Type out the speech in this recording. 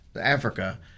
Africa